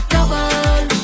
Double